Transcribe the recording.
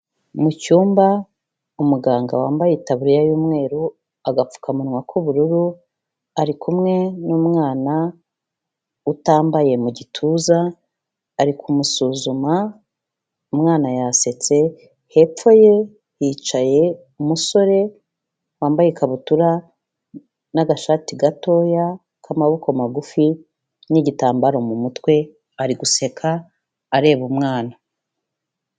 Mu cyumba umuganga wambaye itaburiya y'umweru agapfukamunwa k'ubururu, arikumwe n'umwana utambaye mu gituza, ari kumusuzuma umwana yasetse. Hepfo ye hicaye umusore wambaye ikabutura n'agashati gatoya k'amaboko magufi n'igitambaro mu mutwe, ari guseka areba umwana.